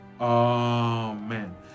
amen